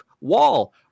wall